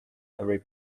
every